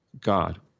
God